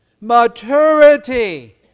maturity